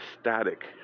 static